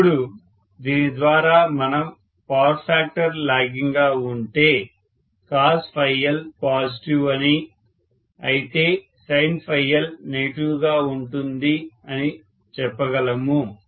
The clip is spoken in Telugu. ఇప్పుడు దీని ద్వారా మనం పవర్ ఫ్యాక్టర్ లాగింగ్ గా ఉంటే cosL పాజిటివ్ అని అయితే sinLనెగిటివ్ గా ఉంటుంది అని చెప్పగలము